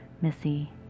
Missy